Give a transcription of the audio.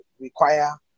require